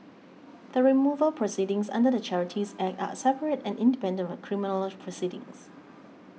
the removal proceedings under the Charities Act are separate and independent of the criminal proceedings